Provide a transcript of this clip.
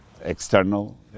external